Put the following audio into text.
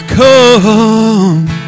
come